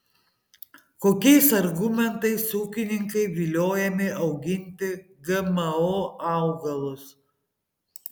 kokiais argumentais ūkininkai viliojami auginti gmo augalus